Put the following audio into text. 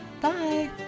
bye